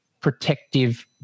protective